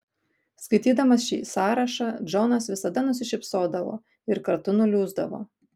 skaitydamas šį sąrašą džonas visada nusišypsodavo ir kartu nuliūsdavo